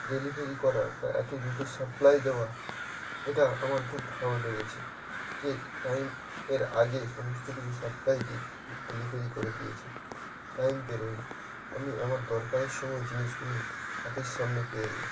delivery করা বা এত দ্রুত সাপ্লাই দেওয়া এটা আমার খুব ভালো লেগেছে যে টাইম এর আগে সমস্ত কিছু সাপ্লাই ডেলিভারি করে দিয়েছে টাইম পেরোয়নি আমি আমার দরকারের সময় জিনিসগুলো হাতের সামনে পেয়ে গিয়েছি